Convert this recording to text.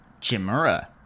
Chimera